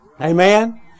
Amen